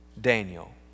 Daniel